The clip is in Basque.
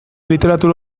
literatur